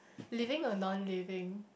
living or non living